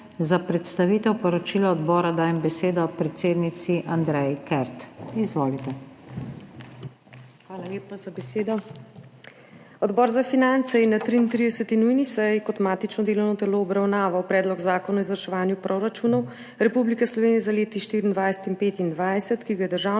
Za predstavitev poročila odbora dajem besedo predsednici Andreji Kert. Izvolite. ANDREJA KERT (PS Svoboda): Hvala lepa za besedo. Odbor za finance je na 33. nujni seji kot matično delovno telo obravnaval Predlog zakona o izvrševanju proračunov Republike Slovenije za leti 2024 in 2025, ki ga je Državnemu